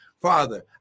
Father